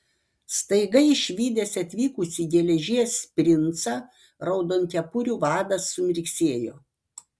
staiga išvydęs atvykusį geležies princą raudonkepurių vadas sumirksėjo